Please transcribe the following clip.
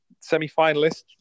semi-finalist